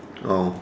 oh